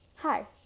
Hi